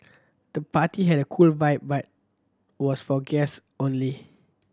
the party had a cool vibe but was for guess only